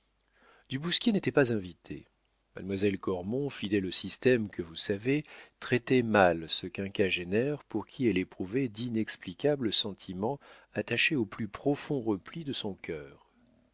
du bousquier n'était pas invité mademoiselle cormon fidèle au système que vous savez traitait mal ce quinquagénaire pour qui elle éprouvait d'inexplicables sentiments attachés aux plus profonds replis de son cœur